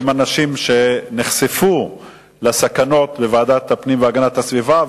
הם אנשים שנחשפו לסכנות בוועדת הפנים והגנת הסביבה,